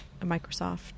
Microsoft